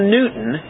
Newton